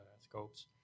scopes